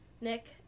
Nick